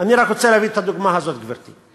אני רק רוצה להביא את הדוגמה הזאת, גברתי.